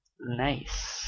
Nice